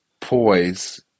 poise